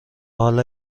حالا